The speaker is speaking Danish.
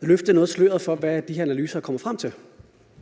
løfte noget af sløret for, hvad de her analyser er kommet frem til?